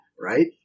right